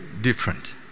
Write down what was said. different